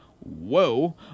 Whoa